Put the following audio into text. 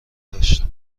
داشت